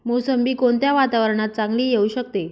मोसंबी कोणत्या वातावरणात चांगली येऊ शकते?